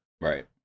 Right